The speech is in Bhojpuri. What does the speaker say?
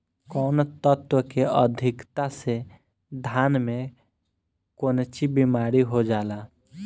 कौन तत्व के अधिकता से धान में कोनची बीमारी हो जाला?